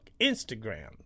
Instagram